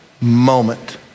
moment